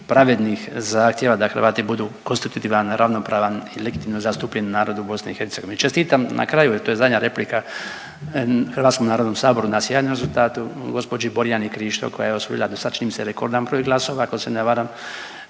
pravednih zahtjeva da Hrvati budu konstitutivan, ravnopravan i legitimno zastupljen narod u BiH. Čestitam na kraju jer to je zadnja replika Hrvatskom narodnom saboru na sjajnom rezultatu, gospođi Borjani Krišto koja je osvojila do sada čini mi se rekordan broj glasova ako se ne varam